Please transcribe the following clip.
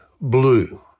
blue